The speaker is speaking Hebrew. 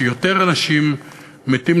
שיותר אנשים מתים,